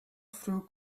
through